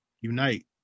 unite